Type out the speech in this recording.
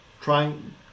trying